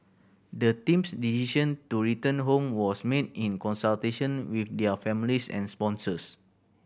the team's decision to return home was made in consultation with their families and sponsors